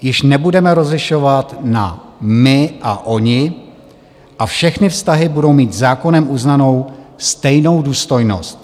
Již nebudeme rozlišovat na my a oni a všechny vztahy budou mít zákonem uznanou stejnou důstojnost.